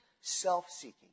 self-seeking